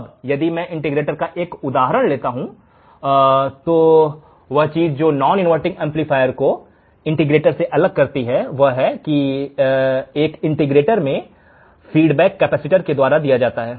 अब यदि मैं इंटीग्रेटर का एक उदाहरण लेता हूं तो वह चीज जो एक नॉन इनवर्टिंग एमप्लीफायर को इंटीग्रेटर से अलग करती है वह वह यह है कि एक इंटीग्रेटर में फीडबैक कैपेसिटर के द्वारा दिया जाता है